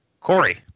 Corey